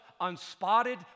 unspotted